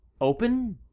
open